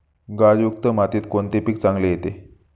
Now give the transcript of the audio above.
गाळयुक्त मातीत कोणते पीक चांगले येते?